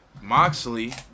Moxley